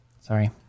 Sorry